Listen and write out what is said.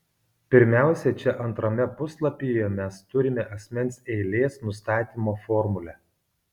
pirmiausia čia antrame puslapyje mes turime asmens eilės nustatymo formulę